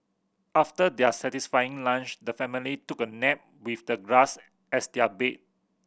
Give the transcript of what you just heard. after their satisfying lunch the family took a nap with the grass as their bed